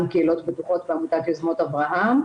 קהילות בטוחות בעמותת יוזמות אברהם,